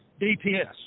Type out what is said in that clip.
DPS